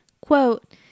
quote